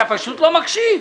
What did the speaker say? אתה פשוט לא מקשיב,